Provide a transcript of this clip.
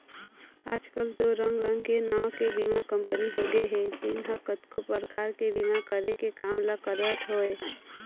आजकल तो रंग रंग के नांव के बीमा कंपनी होगे हे जेन ह कतको परकार के बीमा करे के काम ल करत हवय